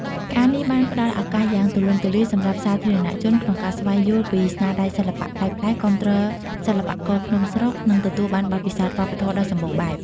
ការណ៍នេះបានផ្តល់ឱកាសយ៉ាងទូលំទូលាយសម្រាប់សាធារណជនក្នុងការស្វែងយល់ពីស្នាដៃសិល្បៈប្លែកៗ គាំទ្រសិល្បករក្នុងស្រុក និងទទួលបានបទពិសោធន៍វប្បធម៌ដ៏សម្បូរបែប។